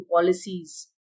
policies